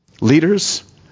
leaders